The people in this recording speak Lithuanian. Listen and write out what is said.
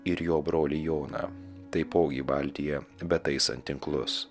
ir jo brolį joną taipogi valtyje betaisant tinklus